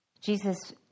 Jesus